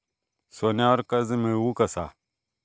सोन्यावर कर्ज मिळवू कसा?